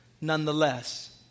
nonetheless